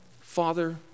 Father